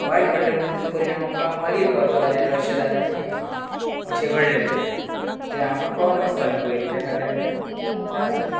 वायट घडलें म्हणटगीर तेजो परिणाम आमकां मागीर कळता वरे अशें जालें आनी अशें घडलें म्हणून कित्याक आमकां कळूंक नासता न्हू पयलीं त्या खातीर आमी त्रास जाता